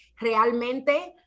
realmente